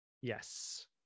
yes